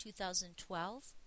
2012